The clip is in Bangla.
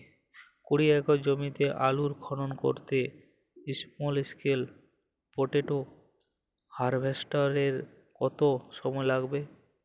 কুড়ি একর জমিতে আলুর খনন করতে স্মল স্কেল পটেটো হারভেস্টারের কত সময় লাগবে?